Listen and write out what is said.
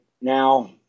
now